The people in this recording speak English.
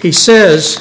he says